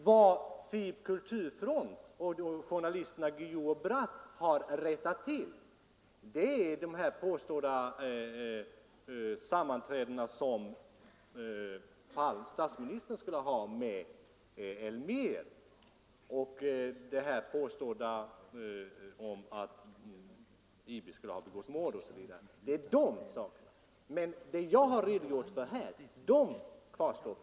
Vad FiB/Kulturfront och journalisterna Guillou och Bratt har rättat till är påståendena om sammanträden som statsministern skulle ha haft med Elmér. Om att IB skulle ha varit ansvarigt för mord osv. De anklagelser som jag tidigare redogjort för kvarstår dock fortfarande.